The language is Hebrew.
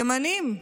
ימנים,